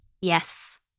Yes